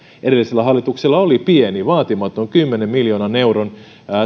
edellisellä hallituksella oli pientalojen lämmitysjärjestelmien energiaremontteihin pieni vaatimaton kymmenen miljoonan euron